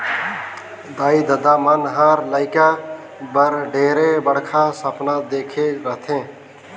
दाई ददा मन हर लेइका बर ढेरे बड़खा सपना देखे रथें